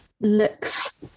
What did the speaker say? looks